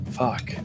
fuck